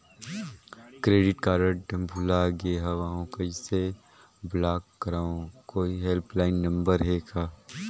Credit card भुला गे हववं कइसे ब्लाक करव? कोई हेल्पलाइन नंबर हे का?